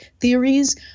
theories